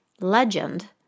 legend